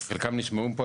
שחלקם נשמעו פה,